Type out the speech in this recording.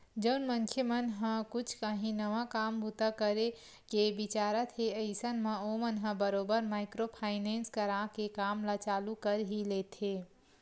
जउन मनखे मन ह कुछ काही नवा काम बूता करे के बिचारत हे अइसन म ओमन ह बरोबर माइक्रो फायनेंस करा के काम ल चालू कर ही लेथे